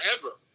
forever